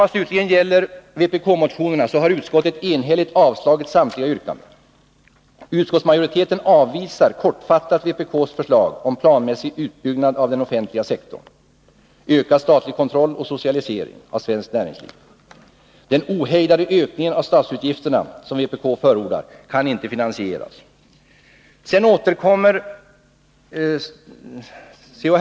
Vad slutligen gäller vpk-motionerna har utskottet enhälligt avstyrkt samtliga yrkanden. Utskottsmajoriteten avvisar kortfattat vpk:s förslag om planmässig utbyggnad av den offentliga sektorn, ökad statlig kontroll och socialisering av svenskt näringsliv. Den ohejdade ökningen av statsutgifterna, som vpk förordar, kan inte finansieras. Sedan återkommer C.-H.